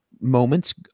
moments